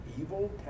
Evil